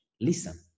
listen